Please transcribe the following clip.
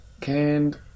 Canned